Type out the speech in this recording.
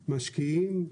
משקיעים,